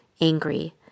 angry